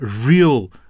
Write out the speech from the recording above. real